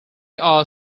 are